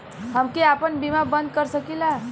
हमके आपन बीमा बन्द कर सकीला?